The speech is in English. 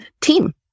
team